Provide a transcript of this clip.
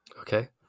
Okay